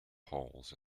holes